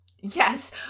yes